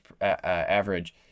average